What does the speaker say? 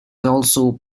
also